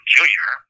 Junior